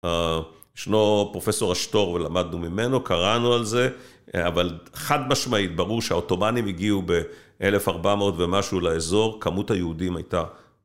ישנו פרופסור אשתור ולמדנו ממנו, קראנו על זה, אבל חד משמעית, ברור שהעותומנים הגיעו ב-1400 ומשהו לאזור, כמות היהודים הייתה